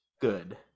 good